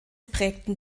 prägten